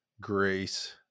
grace